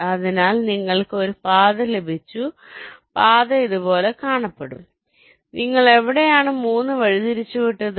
അതിനാൽ നിങ്ങൾക്ക് ഒരു പാത ലഭിച്ചു പാത ഇതുപോലെ കാണപ്പെടും അതിനാൽ നിങ്ങൾ എവിടെയാണ് 3 വഴിതിരിച്ചുവിട്ടത്